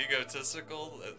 egotistical